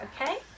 okay